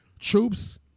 Troops